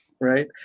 right